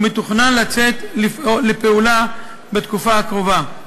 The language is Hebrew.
ומתוכנן לצאת לפעולה בתקופה הקרובה.